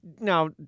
now